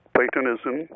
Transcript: Platonism